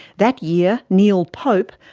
that year, neil pope,